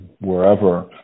wherever